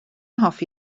hoffi